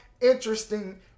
interesting